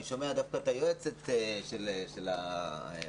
אני שומע את היועצת של המל"ל.